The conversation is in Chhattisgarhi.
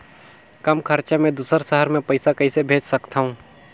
कम खरचा मे दुसर शहर मे पईसा कइसे भेज सकथव?